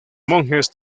monjes